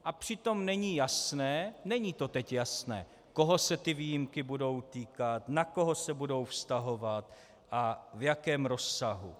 A přitom není jasné, není to teď jasné, koho se ty výjimky budou týkat, na koho se budou vztahovat a v jakém rozsahu.